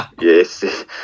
Yes